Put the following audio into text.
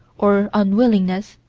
or unwillingness,